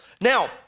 Now